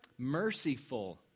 merciful